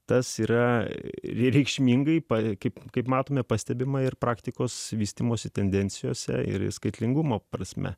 tas yra reikšmingai paveikė kaip matome pastebima ir praktikos vystymosi tendencijose ir skaitlingumo prasme